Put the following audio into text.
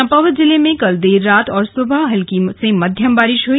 चम्पावत जिले में कल देर रात और सुबह हल्की से मध्यम बारिश हुई